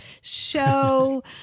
show